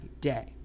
day